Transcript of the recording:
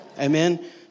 Amen